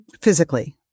Physically